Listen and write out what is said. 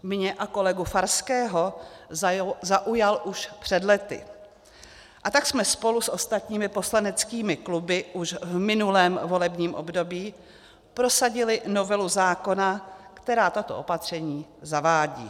Mě a kolegu Farského zaujal už před lety, a tak jsme spolu s ostatními poslaneckými kluby už v minulém volebním období prosadili novelu zákona, která tato opatření zavádí.